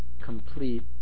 complete